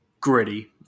Gritty